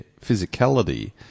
physicality